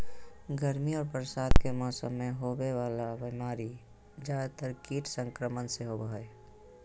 गर्मी और बरसात के मौसम में होबे वला बीमारी ज्यादातर कीट संक्रमण से होबो हइ